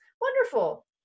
wonderful